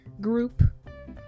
group